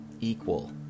equal